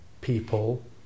people